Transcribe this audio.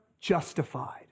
justified